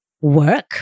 work